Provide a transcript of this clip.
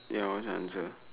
ya I always answer